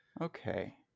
Okay